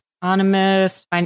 economist